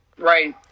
right